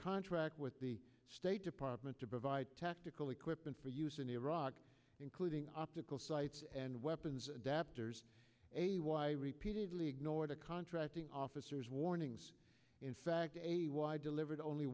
contract with the state department to provide tactical equipment for use in iraq including optical sites and weapons adapters a y repeatedly ignored a contracting officers warnings in fact a wide delivered only